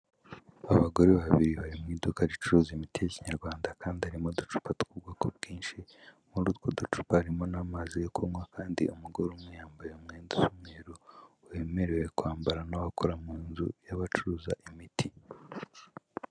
Abagore babiri bari mu iduka ricuruza imiti y'ikinyarwanda, kandi harimo uducupa tw'ubwoko bwinshi muri utwo ducupa harimo n'amazi yo kunywa, kandi umugore umwe yambaye umwenda w'umweru wemerewe kwambarwa n'abakora mu nzu y'abacuruza imiti.